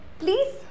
please